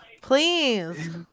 Please